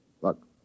Look